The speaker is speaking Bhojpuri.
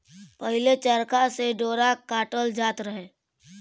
पहिले चरखा से डोरा काटल जात रहे